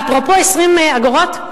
ואפרופו 20 אגורות,